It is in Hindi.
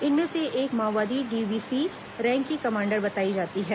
इनमें से एक माओवादी डीवीसी रैंक की कमांडर बताई जाती है